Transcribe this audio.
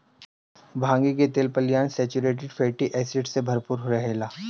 भांगी के तेल पालियन सैचुरेटेड फैटी एसिड से भरपूर रहेला